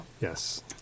Yes